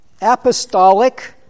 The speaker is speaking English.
apostolic